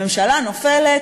הממשלה נופלת,